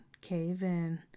Cave-in